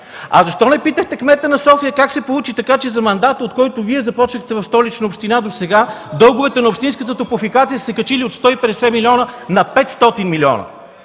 Защо не питахте кмета на София как се получи така, че за мандата, от който Вие започнахте в Столична община, досега дълговете на общинската топлофикация са се качили от 150 милиона на 500 милиона?